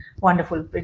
Wonderful